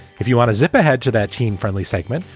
if you want to zip ahead to that teen friendly segment,